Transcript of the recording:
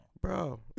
Bro